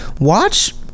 watch